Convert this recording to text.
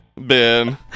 Ben